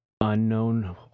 unknown